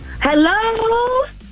hello